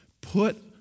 Put